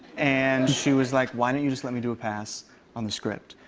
and she was like, why don't you just let me do a pass on the script?